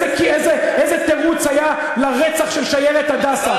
איזה תירוץ היה לרצח של שיירת "הדסה"?